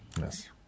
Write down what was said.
Yes